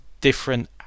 different